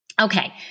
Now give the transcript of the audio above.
Okay